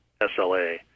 SLA